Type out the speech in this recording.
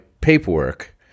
paperwork